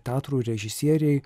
teatrų režisieriai